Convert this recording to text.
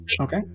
Okay